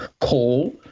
coal